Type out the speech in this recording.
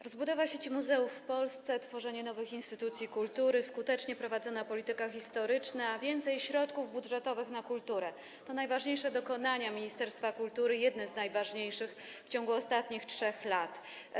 Rozbudowa sieci muzeów w Polsce, tworzenie nowych instytucji kultury, skutecznie prowadzona polityka historyczna, więcej środków budżetowych na kulturę - to najważniejsze dokonania ministerstwa kultury, jedne z najważniejszych dokonań w ciągu ostatnich 3 lat.